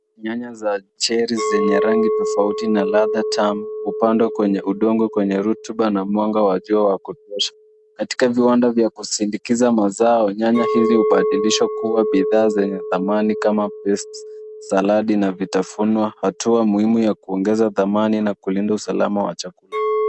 Nyanya za cherry zenye rangi tofauti na ladha tamu hupandwa kwenye udongo kwenye rutuba na mwanga wa jua wa kutosha. Katika viwanda vya kusindikiza mazao nyanya hizi hubadilishwa kuwa bidhaa zenye thamani kama Paste saladi na vitafunwa. Hatua muhimu ya kuongeza thamani na kulinda usalama wa chakula.